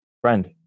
friend